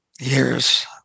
years